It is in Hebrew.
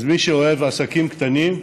אז מי שאוהב עסקים קטנים,